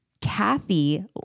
Kathy